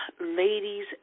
ladies